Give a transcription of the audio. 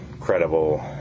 credible